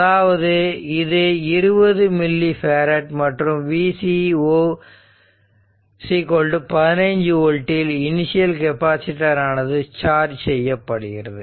அதாவது இது 20 millifarad மற்றும் v C0 15 ஓல்ட்டில் இனிசியல் கெப்பாசிட்டர் ஆனது சார்ஜ் செய்யப்படுகிறது